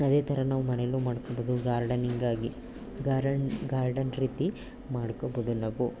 ಅದೇ ಥರ ನಾವು ಮನೇಲೂ ಮಾಡ್ಕೊಬೌದು ಗಾರ್ಡನಿಂಗಾಗಿ ಗಾರ್ ಗಾರ್ಡನ್ ರೀತಿ ಮಾಡ್ಕೊಬೌದು ನಾವು